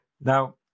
Now